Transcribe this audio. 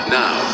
now